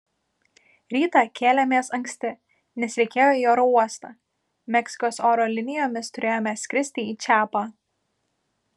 rytą kėlėmės anksti nes reikėjo į oro uostą meksikos oro linijomis turėjome skristi į čiapą